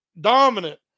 dominant